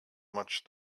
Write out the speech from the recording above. much